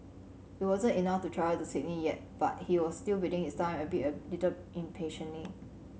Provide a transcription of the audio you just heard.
it wasn't enough to travel to Sydney yet but he was still biding his time albeit a little impatiently